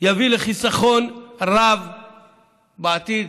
יביא לחיסכון רב בעתיד.